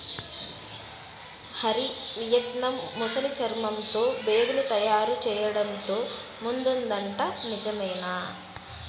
Hari, Vietnam ముసలి చర్మంతో బేగులు తయారు చేయడంతో ముందుందట నిజమేనా